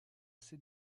ses